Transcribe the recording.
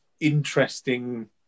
interesting